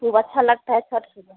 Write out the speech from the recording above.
खूब अच्छा लगता है छठ पूजा में